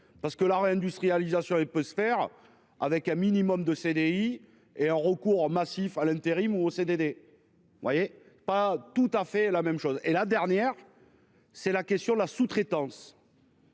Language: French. parce que la réindustrialisation et peut se faire avec un minimum de CDI et un recours massif à l'intérim ou au CDD. Vous voyez pas tout à fait la même chose et la dernière. C'est la question de la sous-traitance.